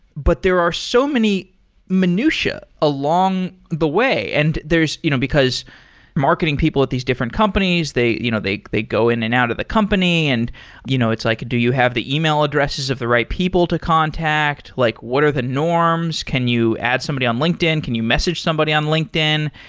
but there are so many minutia along the way, and you know because marketing people at these different companies, they you know they go in and out of the company and you know it's like do you have the email addresses of the right people to contact? like what are the norms? can you add somebody on linkedin? can you message somebody on linkedin?